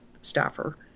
staffer